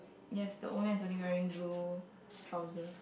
yes the women is only wearing blue trousers